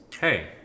Hey